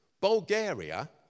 Bulgaria